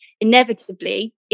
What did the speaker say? inevitably